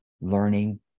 learning